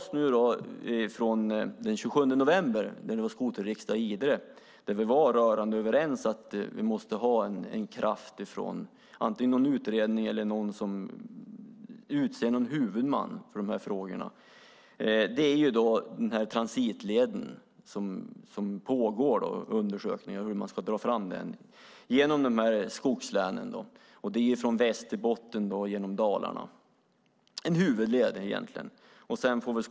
Förslaget från den 27 november då det var skoterriksdag i Idre - vi var där rörande överens om att vi måste ha en kraft antingen från en utredning eller genom att en huvudman för de här frågorna utses - gäller den transitled om vilken pågår undersökningar - hur den ska dras genom skogslänen, från Västerbotten och genom Dalarna. Egentligen är det en huvudled.